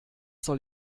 soll